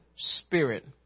spirit